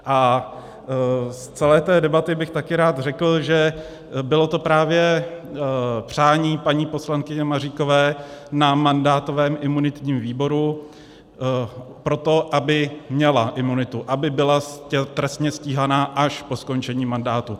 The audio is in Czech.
A z celé té debaty bych také rád řekl, že bylo to právě přání paní poslankyně Maříkové na mandátovém a imunitním výboru pro to, aby měla imunitu, aby byla trestně stíhána až po skončení mandátu.